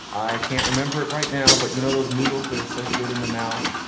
i can't remember it right now, but you know those noodles that are so good in the mouth,